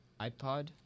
iPod